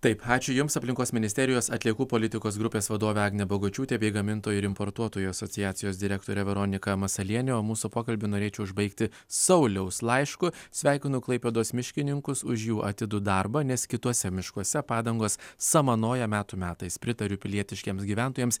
taip ačiū jums aplinkos ministerijos atliekų politikos grupės vadovė agnė bagočiūtė bei gamintojų ir importuotojų asociacijos direktorė veronika masalienė o mūsų pokalbį norėčiau užbaigti sauliaus laišku sveikinu klaipėdos miškininkus už jų atidų darbą nes kituose miškuose padangos samanoja metų metais pritariu pilietiškiems gyventojams